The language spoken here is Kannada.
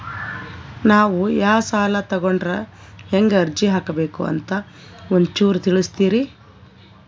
ನಾವು ಯಾ ಸಾಲ ತೊಗೊಂಡ್ರ ಹೆಂಗ ಅರ್ಜಿ ಹಾಕಬೇಕು ಅಂತ ಒಂಚೂರು ತಿಳಿಸ್ತೀರಿ?